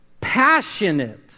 passionate